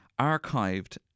archived